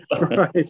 right